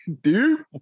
dude